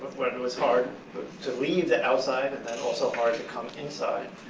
when it was hard to leave the outside, and then also hard to come inside.